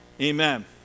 Amen